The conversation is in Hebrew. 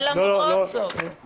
ולמרות זאת --- או אני?